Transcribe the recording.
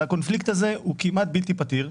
הקונפליקט הזה הוא כמעט בלתי פתיר.